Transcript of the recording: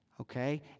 Okay